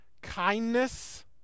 kindness